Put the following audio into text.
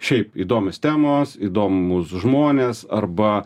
šiaip įdomios temos įdomūs žmonės arba